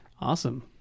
Awesome